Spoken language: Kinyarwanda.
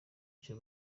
cyo